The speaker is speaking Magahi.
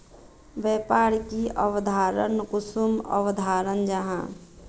व्यापार की अवधारण कुंसम अवधारण जाहा?